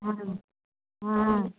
हँ यौ हँ